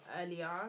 earlier